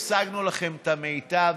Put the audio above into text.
השגנו לכם את המיטב.